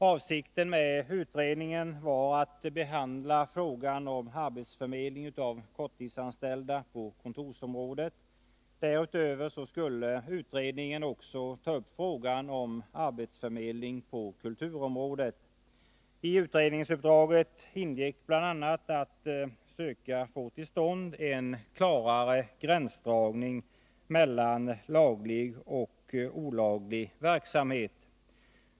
Avsikten med utredningen var att behandla frågan om arbetsförmedling för korttidsanställda på kontorsområdet. Därutöver skulle utredningen också ta upp frågan om arbetsförmedling på kulturområdet. I utredningsuppdraget ingick bl.a. att söka få till stånd en klarare gränsdragning mellan laglig och olaglig verksamhet.